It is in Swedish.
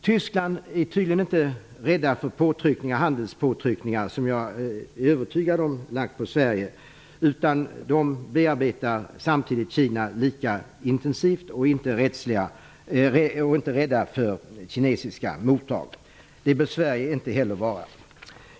Tyskarna är tydligen inte rädda för handelspåtryckningar, som jag är övertygad om att man är i Sverige. De bearbetar samtidigt Kina lika intensivt och är inte rädda för kinesiska motdrag. Det bör inte heller Sverige vara.